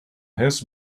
his